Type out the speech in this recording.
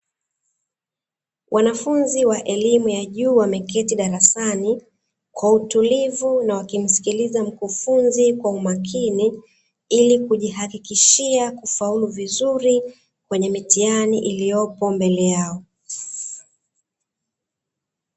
Wanafunzi wa elimu ya juu wameketi darasani kwa utulivu na wakimsikiliza mkufunzi kwa umakini ilikujihakikishia kufaulu vizuri kwenye mitihani iliyopo mbele yao.